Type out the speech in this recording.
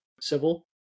civil